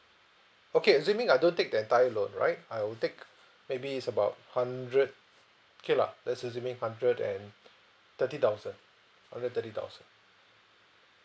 okay assuming I don't take the entire loan right I will take maybe is about hundred K lah let's assuming hundred and thirty thousand hundred and thirty thousand